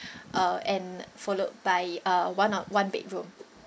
uh and followed by uh one or one bedroom